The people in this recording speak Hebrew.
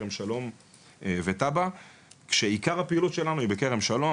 כרם שלום וטאבה כשעיקר הפעילות שלנו היא בכרם שלום.